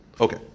Okay